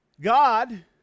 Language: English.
God